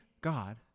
God